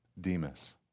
Demas